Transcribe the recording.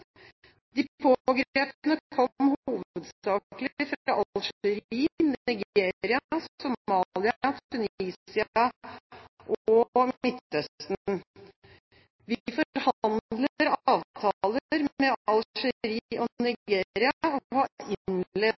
De pågrepne kom hovedsakelig fra Algerie, Nigeria, Somalia, Tunisia og Midtøsten. Vi forhandler avtaler med Algerie og Nigeria og